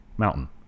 Mountain